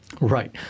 Right